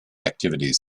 activities